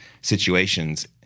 situations